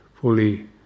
fully